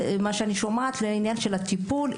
מה שאני שומעת לעניין של הטיפול,